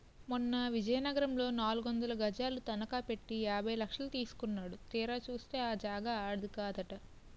మొన్న విజయనగరంలో నాలుగొందలు గజాలు తనఖ పెట్టి యాభై లక్షలు తీసుకున్నాడు తీరా చూస్తే ఆ జాగా ఆడిది కాదట